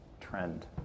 trend